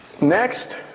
Next